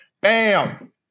Bam